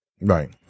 Right